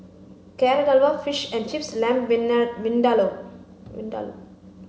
Carrot Halwa Fish and Chips and Lamb Vindaloo Vindaloo